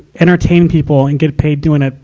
entertain people and get paid doing it,